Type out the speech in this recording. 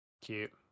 Cute